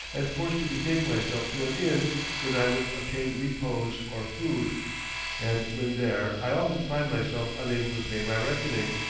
and forced to betake myself to an inn when i would obtain repose or food and when there i often find myself unable to pay my reckoning.